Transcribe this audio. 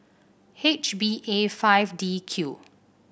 H B A five D Q